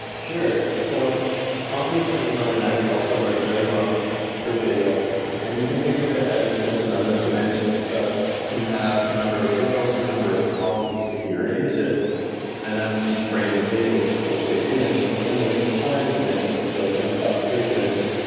sure. so convolutional neural nets also work very well for a video and you can think of it as just another dimension so you have the number of rows and number of columns in your images and that's each frame of video is essentially an image, but then there's the time dimension so it's a third dimension.